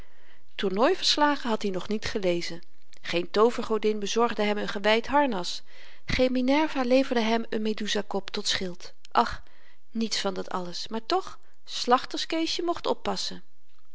hun werk tournooi verslagen had i nog niet gelezen geen toovergodin bezorgde hem n gewyd harnas geen minerva leverde hem n meduza kop tot schild och niets van dat alles maar toch slachterskeesje mocht oppassen